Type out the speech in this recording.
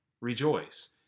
rejoice